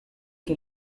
que